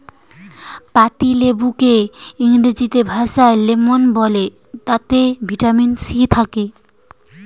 পাতিলেবুকে ইংরেজি ভাষায় লেমন বলে তাতে ভিটামিন সি থাকে